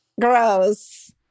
Gross